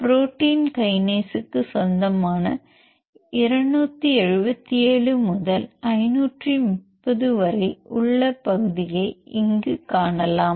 protein கைனேஸுக்கு சொந்தமான 277 முதல் 530 வரை உள்ள பகுதியை இங்கே காணலாம்